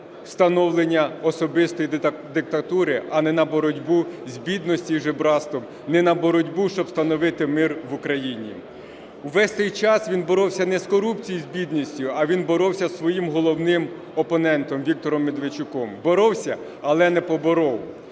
на встановлення особистої диктатури, а не на боротьбу з бідністю і жебрацтвом, не на боротьбу, щоб встановити мир в Україні. Весь цей час він боровся не з корупцією і з бідністю, а він боровся зі своїм головним опонентом - Віктором Медведчуком. Боровся, але не поборов.